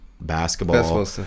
basketball